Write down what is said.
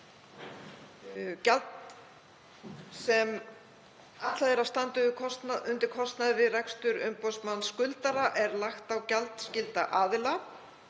Gjald sem ætlað er að standa undir kostnaði við rekstur umboðsmanns skuldara er lagt á gjaldskylda aðila.